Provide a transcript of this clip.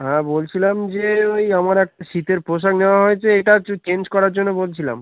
হ্যাঁ বলছিলাম যে ওই আমার একটা শীতের পোশাক নেওয়া হয়েছে এটা হচ্ছে চেঞ্জ করার জন্য বলছিলাম